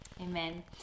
Amen